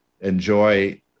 enjoy